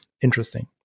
interesting